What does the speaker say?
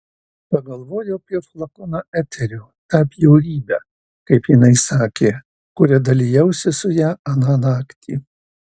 pagalvojau apie flakoną eterio tą bjaurybę kaip jinai sakė kuria dalijausi su ja aną naktį